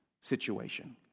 situation